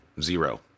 Zero